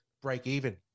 break-even